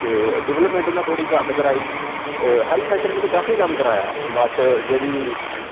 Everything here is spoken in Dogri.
ते डिवल्पमैंट उ'नें थोह्ड़ी घट्ट कराई हैल्थ सैक्टर च ते काफी कम्म कराया बट जेह्ड़ी